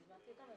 הזמנתי אותם.